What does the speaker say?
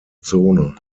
zone